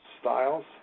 styles